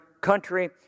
country